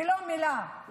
ולא מילה,